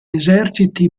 eserciti